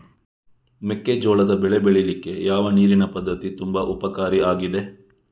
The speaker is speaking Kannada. ಮೆಕ್ಕೆಜೋಳದ ಬೆಳೆ ಬೆಳೀಲಿಕ್ಕೆ ಯಾವ ನೀರಿನ ಪದ್ಧತಿ ತುಂಬಾ ಉಪಕಾರಿ ಆಗಿದೆ?